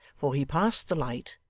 for he passed the light,